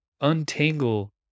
untangle